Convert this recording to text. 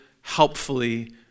helpfully